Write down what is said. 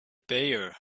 baer